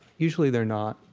usually they're not.